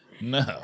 No